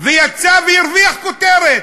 יצא והרוויח כותרת.